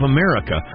America